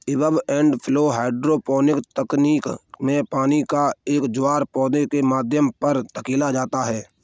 ebb and flow hydroponic तकनीक में पानी का एक ज्वार पौधे के माध्यम पर धकेला जाता है